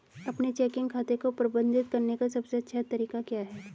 अपने चेकिंग खाते को प्रबंधित करने का सबसे अच्छा तरीका क्या है?